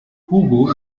hugo